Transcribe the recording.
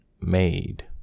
made